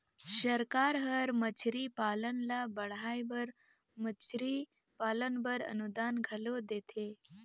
सरकार हर मछरी पालन ल बढ़ाए बर मछरी पालन बर अनुदान घलो देथे